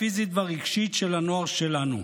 הפיזית והרגשית של הנוער שלנו.